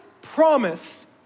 promise